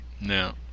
No